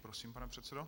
Prosím, pane předsedo.